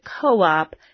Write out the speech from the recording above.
co-op